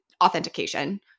authentication